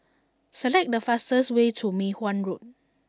select the fastest way to Mei Hwan Road